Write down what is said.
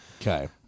Okay